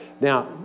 Now